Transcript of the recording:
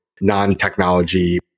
non-technology